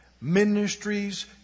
Ministries